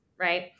right